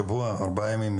שבוע, ארבעה ימים?